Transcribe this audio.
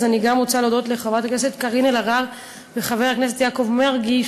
אני גם רוצה להודות לחברת הכנסת קארין אלהרר וחבר הכנסת יעקב מרגי,